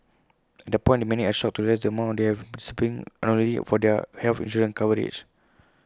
and point many are shocked to realise the amount they have been unknowingly for their health insurance coverage